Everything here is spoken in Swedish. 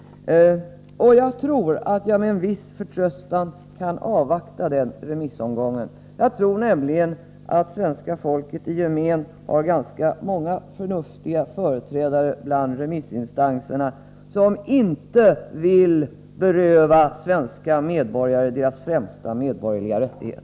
Jag tror att jag med en viss förtröstan kan avvakta sk å remissomgången. Jag tror nämligen att svenska folket i gemen har ganska författningspolitiska området många förnuftiga företrädare bland remissinstanserna som inte vill beröva svenska medborgare deras främsta medborgerliga rättighet.